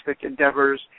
endeavors